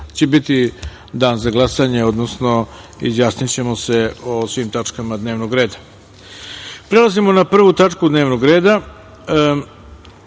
će biti dan za glasanje, odnosno izjasnićemo se o svim tačkama dnevnog reda. Prelazimo na 1. tačku dnevnog reda